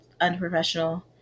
unprofessional